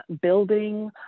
building